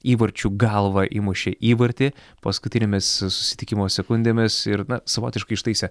įvarčių galva įmušė įvartį paskutinėmis susitikimo sekundėmis ir na savotiškai ištaisė